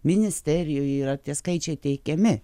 ministerijoj yra tie skaičiai teikiami